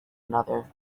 another